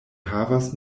havas